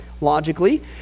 Logically